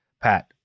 Pat